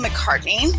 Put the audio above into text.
McCartney